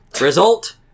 Result